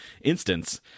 instance